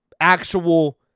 actual